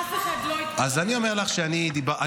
אף אחד לא --- אז אני אומר לך שאני פגשתי,